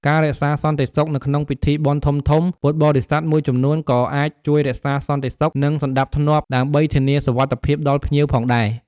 ការផ្ដល់សេវាបឋម ប្រសិនបើមានភ្ញៀវមានបញ្ហាសុខភាពបន្តិចបន្តួច ពួកគាត់អាចផ្ដល់សេវាបឋម ឬជួយសម្របសម្រួលទៅកាន់មន្ទីរពេទ្យបើសិនចាំបាច់។